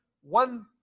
one